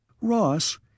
Ross